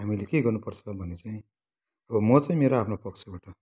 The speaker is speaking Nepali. हामीले के गर्नु पर्छ भने चाहिँ अब म चाहिँ मेरो आफ्नो पक्षबाट